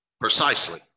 precisely